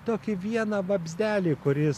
tokį vieną vabzdelį kuris